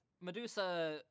Medusa